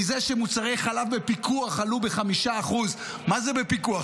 מזה שמוצרי חלב בפיקוח עלו ב-5% מה זה "בפיקוח"?